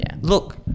look